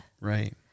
Right